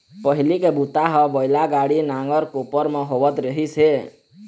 पहिली के बूता ह बइला गाड़ी, नांगर, कोपर म होवत रहिस हे